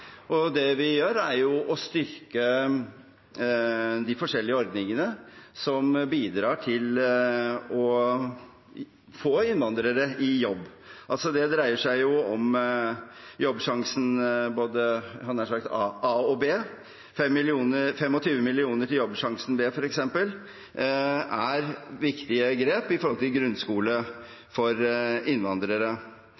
budsjettet. Det vi gjør, er å styrke de forskjellige ordningene som bidrar til å få innvandrere i jobb. Det dreier seg om Jobbsjansen, både del A og B, f.eks. 25 mill. kr til Jobbsjansen del B. Det er viktige grep i